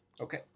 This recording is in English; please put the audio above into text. Okay